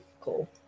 cool